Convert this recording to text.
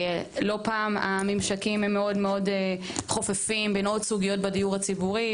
לא פעם הממשקים הם מאוד מאוד חופפים בין עוד סוגיות בדיור הציבורי,